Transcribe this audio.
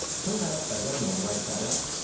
turn that upside down one right side up.